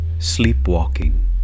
sleepwalking